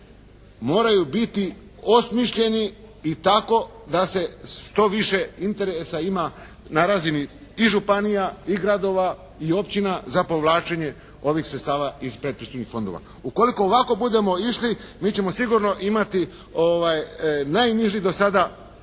moraju biti osmišljeni i tako da se što više interesa ima na razini i županija i gradova i općina za povlačenje ovih sredstava iz predpristupnih fondova. Ukoliko ovako budemo išli mi ćemo sigurno imati najniži do sada,